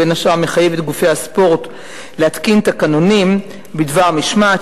ובין השאר מחייב את גופי הספורט להתקין תקנונים בדבר משמעת,